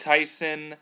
Tyson